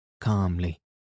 calmly